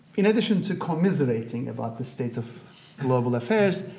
in addition to commiserating about the state of global affairs,